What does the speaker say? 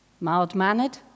mild-mannered